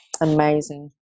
Amazing